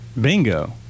Bingo